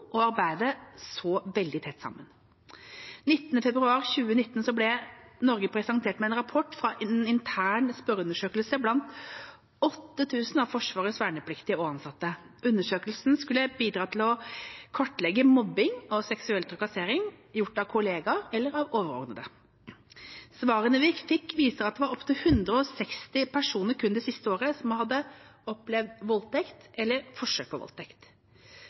og arbeide så veldig tett sammen. 19. februar 2019 ble Norge presentert for en rapport fra en intern spørreundersøkelse blant 8 000 av Forsvarets vernepliktige og ansatte. Undersøkelsen skulle bidra til å kartlegge mobbing og seksuell trakassering, gjort av kollegaer eller av overordnede. Svarene vi fikk, viser at det var opptil 160 personer kun det siste året som hadde opplevd voldtekt eller forsøk på voldtekt.